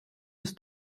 bis